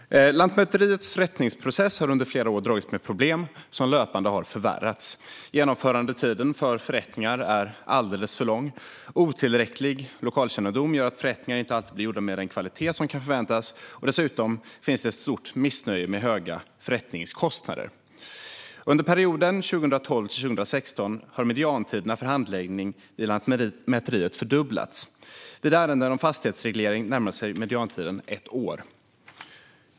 Herr talman! Lantmäteriets förrättningsprocess har under flera år dragits med problem som löpande har förvärrats. Genomförandetiden för förrättningar är alldeles för lång. Otillräcklig lokalkännedom gör att förrättningar inte alltid blir gjorda med den kvalitet som kan förväntas. Dessutom finns det ett stort missnöje med höga förrättningskostnader. Under perioden 2012-2016 har mediantiderna för handläggning i Lantmäteriet fördubblats. Vid ärenden om fastighetsreglering närmar sig mediantiden ett år.